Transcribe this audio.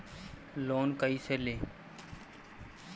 Loan कईसे ली?